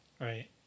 Right